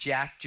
Jack